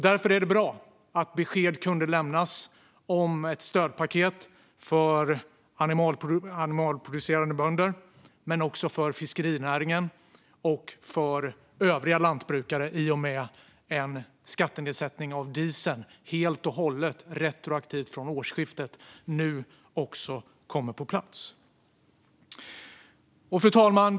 Därför är det bra att besked har kunnat lämnas att ett stödpaket för animalieproducerande bönder men också för fiskerinäringen och för övriga lantbrukare i och med en nedsättning av dieselskatten helt och hållet, retroaktivt från årsskiftet, nu kommer på plats. Fru talman!